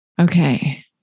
Okay